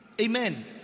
Amen